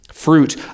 fruit